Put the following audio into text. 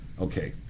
Okay